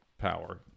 power